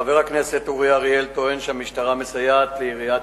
חבר הכנסת אורי אריאל טוען שהמשטרה מסייעת לעיריית